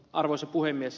arvoisa puhemies